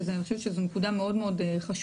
שאני חושבת שזו נקודה מאוד מאוד חשובה,